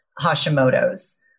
Hashimoto's